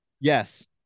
Yes